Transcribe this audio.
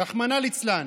רחמנא ליצלן.